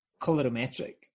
colorimetric